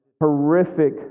horrific